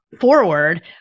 forward